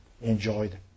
enjoyed